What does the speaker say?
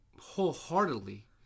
wholeheartedly